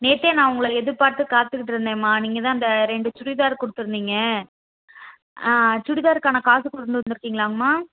நேத்தே நான் உங்களை எதிர்பார்த்து காத்துகிட்டுருந்தேன்ம்மா நீங்கள்தான் அந்த ரெண்டு சுடிதார் கொடுத்துருந்தீங்க ஆ சுடிதார்க்கான காசு கொண்டுவந்துருக்கீங்களாம்மா